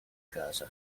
casa